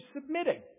submitting